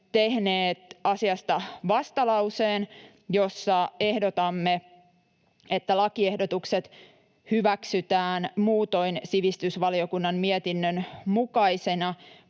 tehneet asiasta vastalauseen, jossa ehdotamme, että lakiehdotukset hyväksytään muutoin sivistysvaliokunnan mietinnön mukaisena